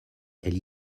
elle